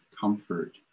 comfort